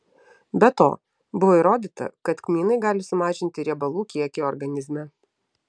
be to buvo įrodyta kad kmynai gali sumažinti riebalų kiekį organizme